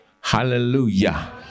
Hallelujah